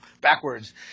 backwards